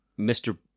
Mr